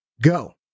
Go